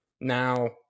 now